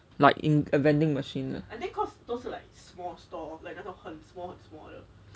like in a vending machine